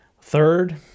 Third